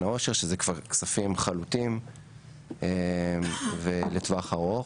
העושר שזה כבר כספים חלוטים ולטווח ארוך.